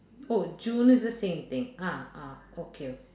oh june is the same thing ah ah okay okay